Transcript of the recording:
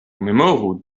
memoru